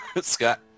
Scott